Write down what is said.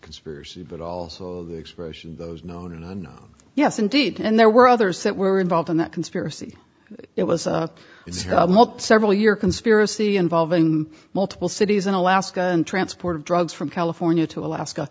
conspiracy but also the expression of those known and yes indeed and there were others that were involved in that conspiracy it was it's held several year conspiracy involving multiple cities in alaska and transport of drugs from california to alaska